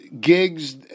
gigs